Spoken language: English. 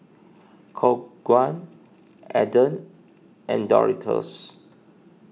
Khong Guan Aden and Doritos